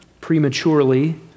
prematurely